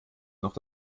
noch